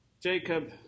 Jacob